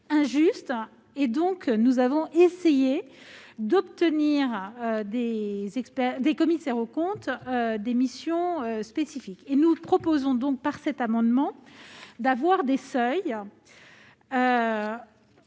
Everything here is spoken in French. injuste, nous avons essayé d'obtenir des commissaires aux comptes des missions spécifiques. Nous proposons, par cet amendement, de fixer des seuils